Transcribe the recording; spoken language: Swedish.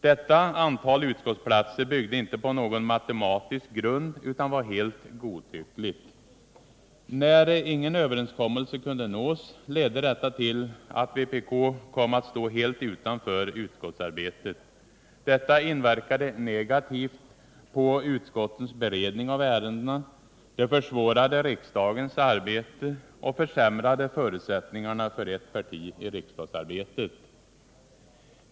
Detta antal utskottsplatser byggde inte på någon matematisk grund utan var helt godtyckligt. När ingen överenskommelse kunde nås ledde detta till att vpk kom att stå helt utanför utskottsarbetet. Detta inverkade negativt på utskottens beredning av ärendena, det försvårade riksdagens arbete och försämrade förutsättningarna för ett parti i riksdagsarbetet.